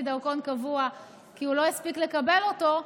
דרכון קבוע כי הוא לא הספיק לקבל אותו,